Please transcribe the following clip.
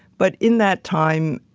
but in that time,